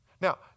Now